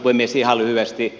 ihan lyhyesti